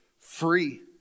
free